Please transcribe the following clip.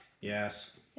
Yes